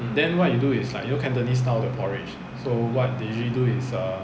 then what you do is like you know cantonese style the porridge so what they usually do is err